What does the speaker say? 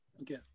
Okay